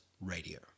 Radio